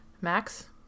Max